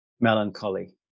melancholy